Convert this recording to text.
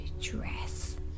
dress